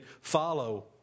follow